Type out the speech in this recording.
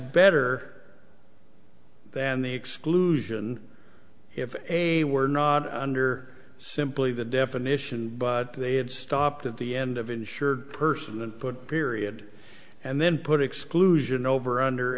better than the exclusion if a were not under simply the definition but they had stopped at the end of insured person and put a period and then put exclusion over under